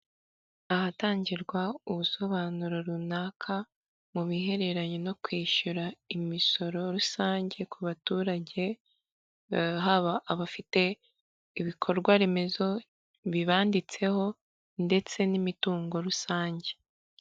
Ahatangirwa ubusobanuro runaka mu bihereranye no kwishyura imisoro rusange ku baturage, haba abafite ibikorwaremezo bibanditseho, ndetse n'imitungo rusange.